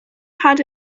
had